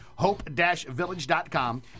hope-village.com